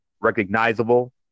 recognizable